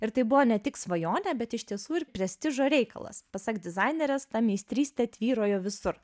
ir tai buvo ne tik svajonė bet iš tiesų ir prestižo reikalas pasak dizainerės ta meistrystė tvyrojo visur